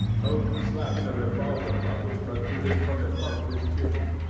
hope slapped the revolver butt which protruded from the front of his tunic.